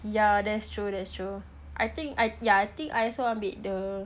yeah that's true that's true I think ya I think I also ambil the